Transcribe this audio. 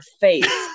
face